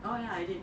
oh ya I did